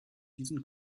diesen